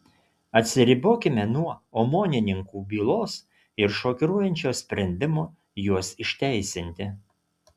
atsiribokime nuo omonininkų bylos ir šokiruojančio sprendimo juos išteisinti